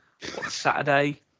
Saturday